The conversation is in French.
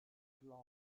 clans